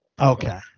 Okay